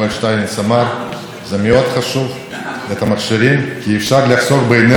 ואנחנו כבר יודעים שתם ונשלם העידן של הארובות.